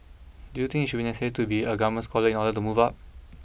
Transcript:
do you think it should be necessary to be a government scholar in order to move up